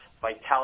vitality